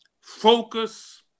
Focus